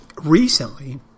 recently